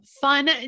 fun